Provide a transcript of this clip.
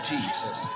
Jesus